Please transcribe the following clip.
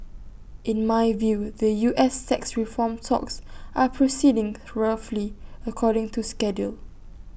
in my view the U S tax reform talks are proceeding roughly according to schedule